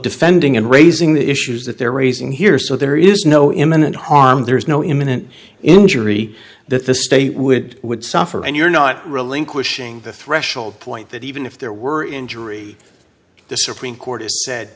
defending and raising the issues that they're raising here so there is no imminent harm there's no imminent injury that the state would would suffer and you're not relinquishing the threshold point that even if there were injury the supreme court